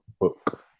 book